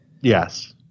Yes